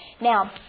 Now